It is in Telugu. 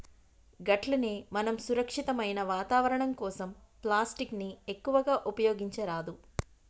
గట్లనే మనం సురక్షితమైన వాతావరణం కోసం ప్లాస్టిక్ ని ఎక్కువగా ఉపయోగించరాదు